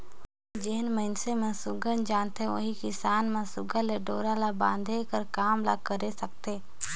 जेन मइनसे मन सुग्घर जानथे ओही किसान मन सुघर ले डोरा ल बांधे कर काम ल करे सकथे